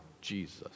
Jesus